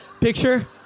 picture